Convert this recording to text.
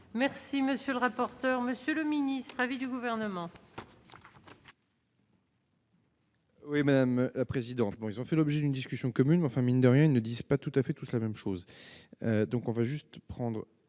Merci, monsieur le rapporteur, monsieur le ministre à vie du gouvernement. Oui, madame la présidente, ils ont fait l'objet d'une discussion commune mais, enfin, mine de rien, ils ne disent pas tout à fait tous la même chose,